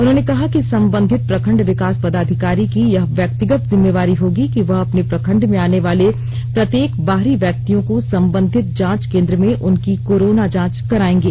उन्होंने कहा कि संबंधित प्रखंड विकास पदाधिकारी की यह व्यक्तिगत जिम्मेवारी होगी कि वह अपने प्रखंड में आने वाले प्रत्येक बाहरी व्यक्तियों को संबंधित जांच केंद्र में उनकी कोरोना जांच कराएंगे